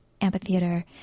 amphitheater